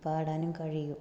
പാടാനും കഴിയും